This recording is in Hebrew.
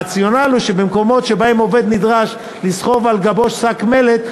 הרציונל הוא שבמקומות שבהם עובד נדרש לסחוב על גבו שק מלט,